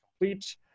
complete